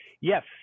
Yes